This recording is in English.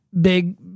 big